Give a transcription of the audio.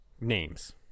names